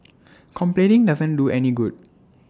complaining doesn't do any good